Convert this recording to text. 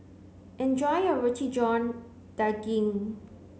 enjoy your roti john daging